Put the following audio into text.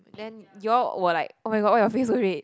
then you all were like oh-my-god why your face so red